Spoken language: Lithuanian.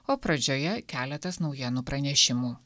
o pradžioje keletas naujienų pranešimų